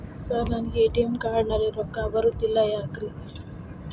Sir ನನಗೆ ATM card ನಲ್ಲಿ ರೊಕ್ಕ ಬರತಿಲ್ಲ ಯಾಕ್ರೇ?